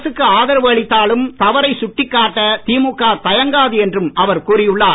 அரசுக்கு ஆதரவு அளித்தாலும் தவறை சுட்டுக் காட்ட திமுக தயங்காது என்றும் அவர் கூறியுள்ளார்